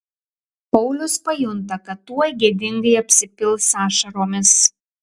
paulius pajunta kad tuoj gėdingai apsipils ašaromis